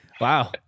Wow